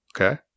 Okay